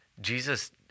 Jesus